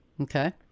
Okay